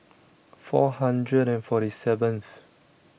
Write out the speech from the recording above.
four hundred and forty seventh